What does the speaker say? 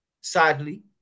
sadly